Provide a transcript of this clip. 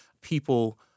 people